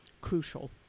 crucial